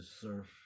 surf